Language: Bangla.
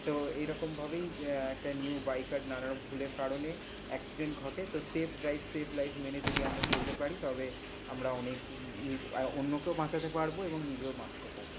তো এরকমভাবেই একটা নিউ বাইকার নানারকম ভুলের কারণে অ্যাকসিডেন্ট ঘটে তো সেফ ড্রাইভ সেভ লাইফ মেনে যদি আমরা চলতে পারি তবে আমরা অনেক অন্যকেও বাঁচাতে পারবো এবং নিজেও বাঁচতে পারবো